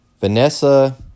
Vanessa